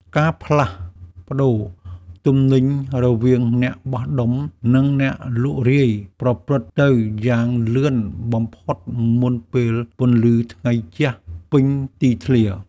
ការផ្លាស់ប្តូរទំនិញរវាងអ្នកបោះដុំ និងអ្នកលក់រាយប្រព្រឹត្តទៅយ៉ាងលឿនបំផុតមុនពេលពន្លឺថ្ងៃជះពេញទីធ្លា។